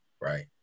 right